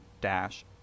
dash